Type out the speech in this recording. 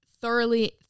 thoroughly